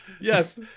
Yes